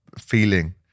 feeling